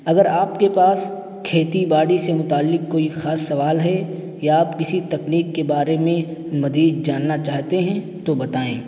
اگر آپ کے پاس کھیتی باڑی سے متعلق کوئی خاص سوال ہے یا آپ کسی تکنیک کے بارے میں مزید جاننا چاہتے ہیں تو بتائیں